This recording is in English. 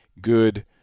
good